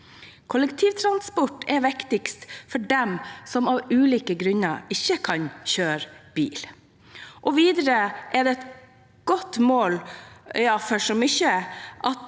Kollektivtrafikk er viktigst for dem som av ulike grunner ikke kan kjøre bil. Videre er det et godt mål for så mye